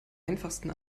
einfachsten